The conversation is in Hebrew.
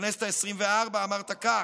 בכנסת העשרים-וארבע אמרת כך: